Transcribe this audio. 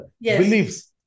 beliefs